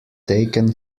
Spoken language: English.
taken